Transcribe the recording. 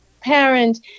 parent